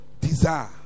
desire